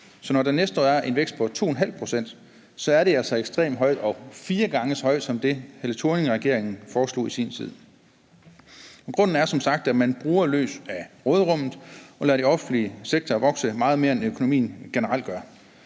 Så når der næste år er en vækst på 2,5 pct., er det altså ekstremt højt og fire gange så højt som det, Helle Thorning-regeringen foreslog i sin tid. Grunden er som sagt, at man bruger løs af råderummet og lader den offentlige sektor vokse meget mere, end økonomien generelt gør.